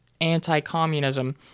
anti-communism